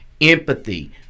empathy